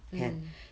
mm